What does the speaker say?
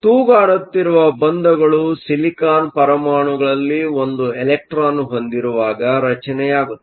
ತೂಗಾಡುತ್ತಿರುವ ಬಂಧಗಳು ಸಿಲಿಕಾನ್ ಪರಮಾಣುಗಳಲ್ಲಿ ಒಂದು ಎಲೆಕ್ಟ್ರಾನ್ ಹೊಂದಿರುವಾಗ ರಚನೆಯಾಗುತ್ತವೆ